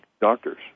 doctors